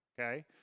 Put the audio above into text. okay